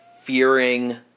fearing